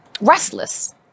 restless